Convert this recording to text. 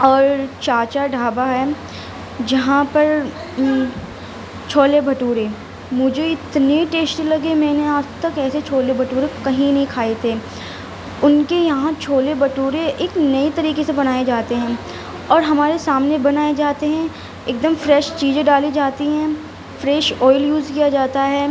اور چاچا ڈھابہ ہے جہاں پر چھولے بھٹورے مجھے اتنے ٹیسٹی لگے میں نے آج تک ایسے چھولے بھٹورے کہیں نہیں کھائے تھے ان کے یہاں چھولے بھٹورے ایک نئے طریقے سے بنائے جاتے ہیں اور ہمارے سامنے بنائے جاتے ہیں ایک دم فریش چیزیں ڈالی جاتی ہیں فریش آئل یوز کیا جاتا ہے